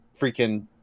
freaking